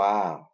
Wow